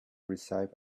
receive